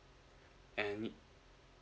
any